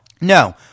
No